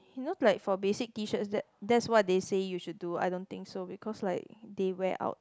you know like for basic tee shirts that that's what they say you should do I don't think so because like they wear out